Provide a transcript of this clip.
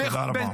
תודה רבה.